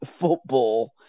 football